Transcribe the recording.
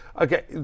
Okay